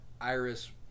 Iris